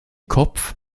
kopf